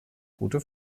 gute